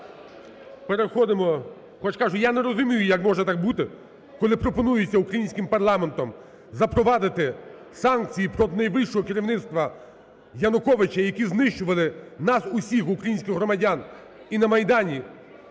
я не розумію, як може так бути, коли пропонується українським парламентом запровадити санкції проти найвищого керівництва Януковича, які знищували нас усіх українських громадян і які